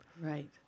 Right